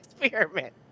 experiment